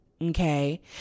Okay